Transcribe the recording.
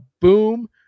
boom